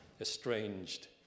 estranged